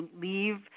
leave